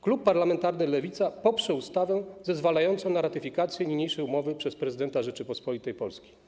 Klub parlamentarny Lewica poprze ustawę zezwalającą na ratyfikację niniejszej umowy przez prezydenta Rzeczypospolitej Polskiej.